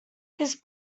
his